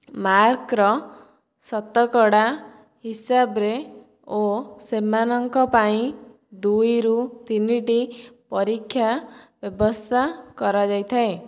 ମାର୍କ୍ର ଶତକଡ଼ା ହିସାବରେ ଓ ସେମାନଙ୍କ ପାଇଁ ଦୁଇରୁ ତିନିଟି ପରୀକ୍ଷା ବ୍ୟବସ୍ଥା କରାଯାଇଥାଏ